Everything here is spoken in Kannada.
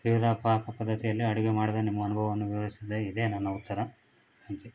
ವಿವಿಧ ಪಾಕ ಪದ್ಧತಿಯಲ್ಲಿ ಅಡುಗೆ ಮಾಡದೇ ನಿಮ್ಮ ಅನುಭವವನ್ನು ವಿವರಿಸಿದೆ ಇದೆ ನನ್ನ ಉತ್ತರ ತ್ಯಾಂಕ್ ಯು